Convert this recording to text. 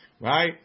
right